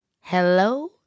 Hello